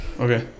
Okay